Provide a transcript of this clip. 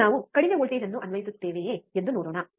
ಈಗ ನಾವು ಕಡಿಮೆ ವೋಲ್ಟೇಜ್ ಅನ್ನು ಅನ್ವಯಿಸುತ್ತೇವೆಯೇ ಎಂದು ನೋಡೋಣ